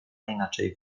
inaczej